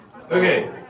Okay